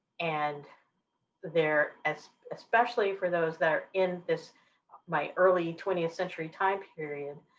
and there as especially for those that are in this my early twentieth century time period,